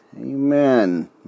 Amen